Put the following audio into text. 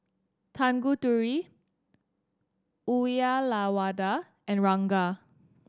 Tanguturi Uyyalawada and Ranga